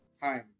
time